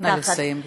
נא לסיים,